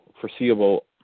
foreseeable